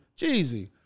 Jeezy